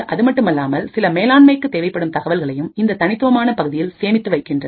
அதுமட்டுமல்லாமல்சில மேலாண்மைக்கு தேவைப்படும் தகவல்களையும்இந்த தனித்துவமான பகுதியில் சேமித்து வைக்கிறது